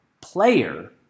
player